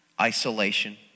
isolation